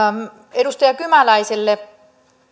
edustaja kymäläiselle